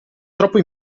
troppo